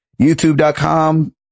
YouTube.com